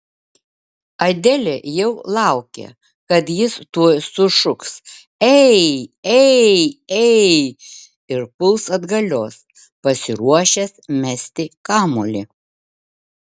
adelė jau laukė kad jis tuoj sušuks ei ei ei ir puls atgalios pasiruošęs mesti kamuolį